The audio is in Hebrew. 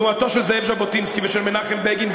התנועה של זאב ז'בוטינסקי ושל מנחם בגין,